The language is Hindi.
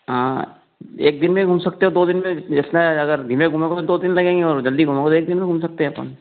हाँ एक दिन में भी घूम सकते हो दो दिन में भी इतना है अगर धीमें घूमोगे तो दो दिन लगेंगे और जल्दी घूमोगे एक दिन में घूम सकते हैं अपन